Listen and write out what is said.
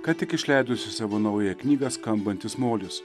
ką tik išleidusi savo naują knygą skambantis molis